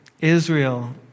Israel